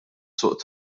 suq